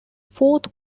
fourth